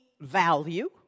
value